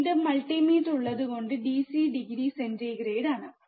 വീണ്ടും മൾട്ടിമീറ്റർ ഉള്ളത് DC degree centigrade ആണ്